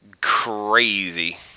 Crazy